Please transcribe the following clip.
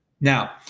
Now